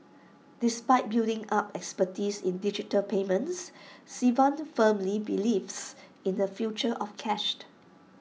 despite building up expertise in digital payments Sivan firmly believes in the future of cashed